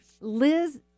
Liz